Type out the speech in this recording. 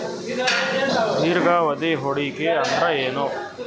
ದೀರ್ಘಾವಧಿ ಹೂಡಿಕೆ ಅಂದ್ರ ಏನು?